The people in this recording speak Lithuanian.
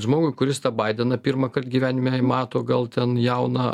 žmogui kuris tą baideną pirmąkart gyvenime mato gal ten jauną